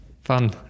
fun